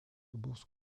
bourse